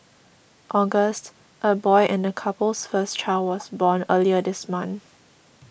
August a boy and the couple's first child was born earlier this month